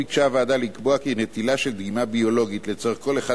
הוועדה גם ביקשה לקבוע כי נטילת דגימה ביולוגית לצורך כל אחד